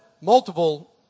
multiple